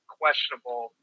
questionable